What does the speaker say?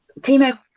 Timo